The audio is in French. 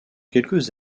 quelques